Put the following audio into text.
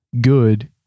good